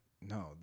no